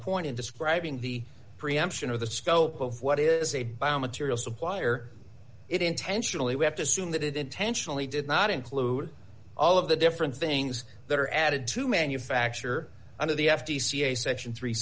point in describing the preemption of the scope of what is a bio material supplier it intentionally we have to assume that it intentionally did not include all of the different things that are added to manufacture under the f t c a section three